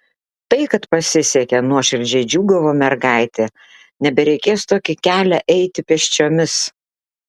tai kad pasisekė nuoširdžiai džiūgavo mergaitė nebereikės tokį kelią eiti pėsčiomis